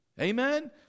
Amen